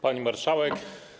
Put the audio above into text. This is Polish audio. Pani Marszałek!